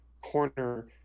corner